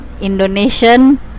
Indonesian